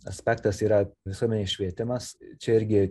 aspektas yra visuomenės švietimas čia irgi